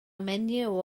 menyw